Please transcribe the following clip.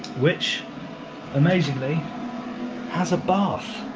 which amazingly has a bath